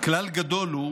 "כלל גדול הוא